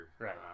right